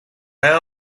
were